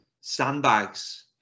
Sandbags